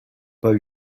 pas